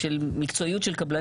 דרג של מקצועיות של קבלנים.